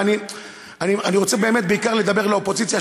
ואני רוצה באמת בעיקר לדבר אל האופוזיציה,